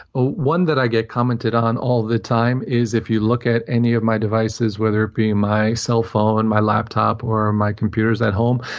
one that i get commented on all the time is. if you look at any of my devices, whether it be my cell phone, my laptop, or my computers at home,